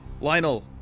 Lionel